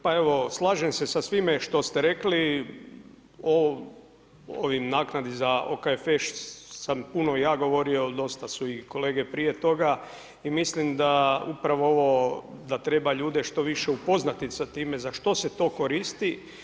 Pa evo, slažem se sa svime što ste rekli, o ovoj naknadi za OKFŠ sam puno ja govorio, dosta su i kolege prije toga i mislim da upravo ovo da treba ljude što više upoznati sa time za što se to koristi.